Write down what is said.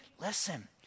Listen